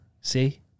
see